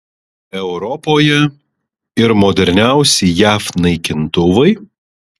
europoje ir moderniausi jav naikintuvai